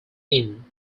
inn